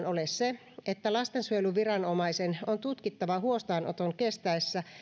ole se että lastensuojeluviranomaisen on tutkittava huostaanoton kestäessä